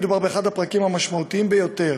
מדובר באחד הפרקים המשמעותיים ביותר